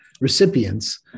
recipients